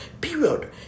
Period